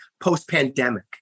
post-pandemic